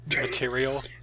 material